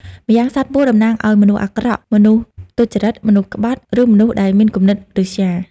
ម្យ៉ាងសត្វពស់តំណាងឲ្យមនុស្សអាក្រក់ មនុស្សទុច្ចរិត មនុស្សក្បត់ ឬមនុស្សដែលមានគំនិតឫស្យា។